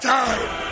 time